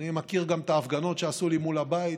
אני מכיר גם את ההפגנות שעשו לי מול הבית.